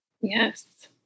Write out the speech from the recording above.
Yes